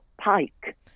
pike